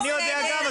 --- אני יודע גם.